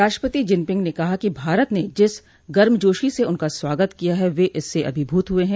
राष्ट्रपति जिनपिंग ने कहा कि भारत ने जिस गर्मजोशी से उनका स्वागत किया है वे इससे अभिभूत हुए हैं